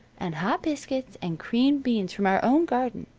and hot biscuits, and creamed beans from our own garden,